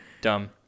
Dumb